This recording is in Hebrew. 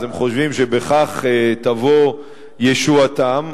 אז הם חושבים שבכך תבוא ישועתם.